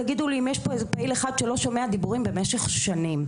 תגידו לי אם יש פה איזה פעיל אחד שלא שומע דיבורים במשך שנים.